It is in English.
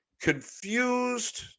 confused